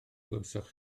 glywsoch